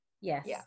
Yes